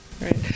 Right